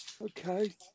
okay